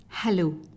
Hello